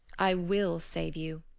i will save you,